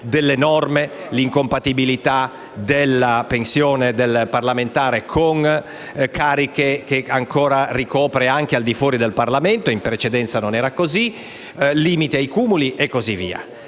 penso all'incompatibilità della pensione del parlamentare con cariche che ancora ricopre anche al di fuori del Parlamento - in precedenza non era così - nonché al limite ai cumuli e così via.